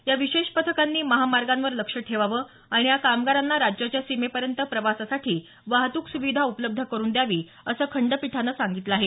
या विशेष पथकांनी महामार्गांवर लक्ष ठेवावं आणि या कामगारांना राज्याच्या सीमेपर्यंत प्रवासासाठी वाहतूक सुविधा उपलब्ध करून द्यावी असं खंडपीठानं सांगितलं आहे